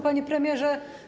Panie Premierze!